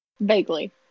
vaguely